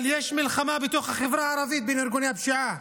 אבל יש מלחמה בתוך החברה הערבית בין ארגוני הפשיעה,